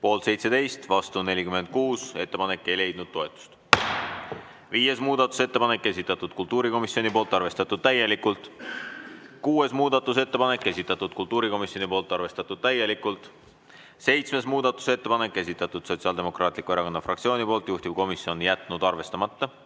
Poolt 17, vastu 46, ettepanek ei leidnud toetust. Viies muudatusettepanek, esitanud kultuurikomisjon, arvestatud täielikult. Kuues muudatusettepanek, esitanud kultuurikomisjon, arvestatud täielikult. Seitsmes muudatusettepanek, esitanud Sotsiaaldemokraatliku Erakonna fraktsioon, juhtivkomisjon on jätnud arvestamata.